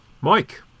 mike